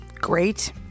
great